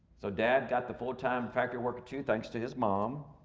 so dad got the full time factor work too thanks to his mom.